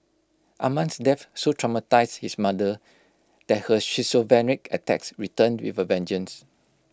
Amman's death so traumatised his mother that her schizophrenic attacks returned with A vengeance